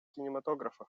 кинематографа